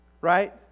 right